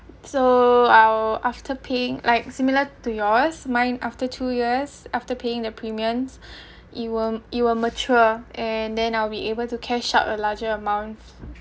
so I'll after paying like similar to yours mine after two years after paying the premiums you will you will mature and then I'll be able to catch up with larger amount